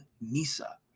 NISA